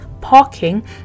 parking